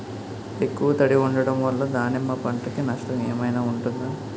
ఎక్కువ తడి ఉండడం వల్ల దానిమ్మ పంట కి నష్టం ఏమైనా ఉంటుందా?